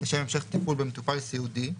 לשם המשך טיפול במטופל סיעודי,